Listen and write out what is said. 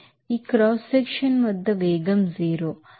ఈ cross section వద్ద వేగం 0